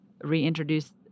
reintroduce